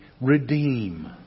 redeem